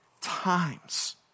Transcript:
times